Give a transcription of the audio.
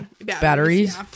batteries